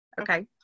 okay